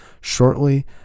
shortly